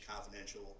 confidential